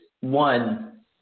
one